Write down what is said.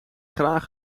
graag